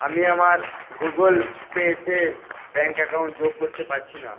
আমি আমার Google Pay তে ব্যাঙ্ক অ্যাকাউন্ট যোগ করতে পারছি না